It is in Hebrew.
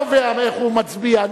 אני לא קובע איך הוא מצביע.